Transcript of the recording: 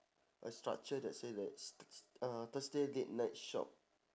a structure that says let's s~ s~ uh thursday late night shop